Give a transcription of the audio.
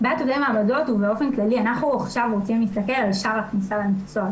אנחנו עכשיו רוצים להסתכל על שער הכניסה למקצוע,